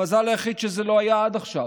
המזל היחיד שזה לא היה עד עכשיו,